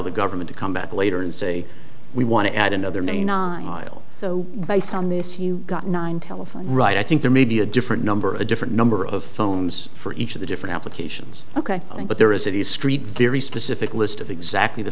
the government to come back later and say we want to add another name so based on this you got nine telephone right i think there may be a different number a different number of phones each of the different applications ok but there is a discrete very specific list of exactly the